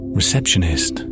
receptionist